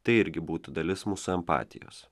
tai irgi būtų dalis mūsų empatijos